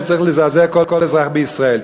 שצריך לזעזע כל אזרח בישראל,